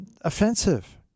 offensive